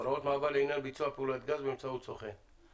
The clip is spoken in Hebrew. הוראות מעבר לעניין ביצוע פעולת גז באמצעות סוכן.